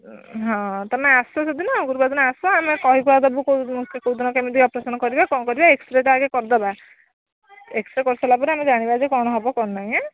ହଁ ତୁମେ ଆସ ସେଦିନ ଗୁରୁବାର ଦିନ ଆସ ଆମେ କହି କୁହା ଦବୁ କେଉଁଦିନ କେମିତି ଅପରେସନ୍ କରିବା କ'ଣ କରିବା ଏକ୍ସରେଟା ଆଗ କରିଦବା ଏକ୍ସରେ କରିସାରିଲା ପରେ ଆମେ ଜାଣିବା ଯେ କ'ଣ ହବ କ'ଣ ନାହିଁ ହାଁ